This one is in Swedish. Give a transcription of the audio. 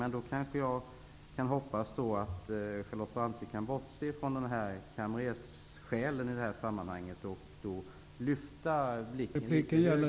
Men jag kanske kan hoppas att Elisabeth Fleetwood kan bortse från kamrerssjälen i detta sammanhang och lyfta blicken något högre till kulturens högre vyer.